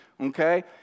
okay